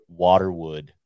Waterwood